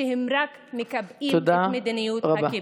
שרק מקבעים את מדיניות הכיבוש.